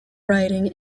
writing